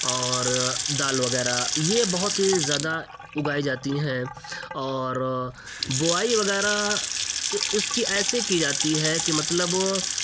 اور دال وغیرہ یہ بہت زیادہ اگائی جاتی ہیں اور بوائی وغیرہ اس کی ایسی کی جاتی ہے کہ مطلب